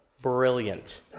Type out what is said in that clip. brilliant